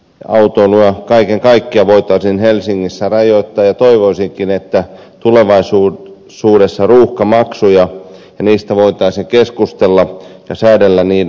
yksityisautoilua autoilua kaiken kaikkiaan voitaisiin helsingissä rajoittaa ja toivoisinkin että tulevaisuudessa ruuhkamaksuista voitaisiin keskustella ja säädellä niiden hintoja